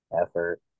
effort